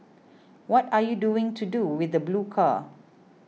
what are you doing to do with the blue car